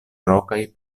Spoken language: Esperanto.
rokaj